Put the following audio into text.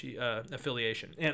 affiliation